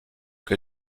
que